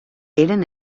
eren